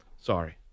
Sorry